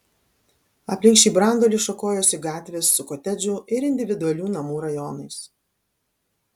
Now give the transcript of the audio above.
aplink šį branduolį šakojosi gatvės su kotedžų ir individualių namų rajonais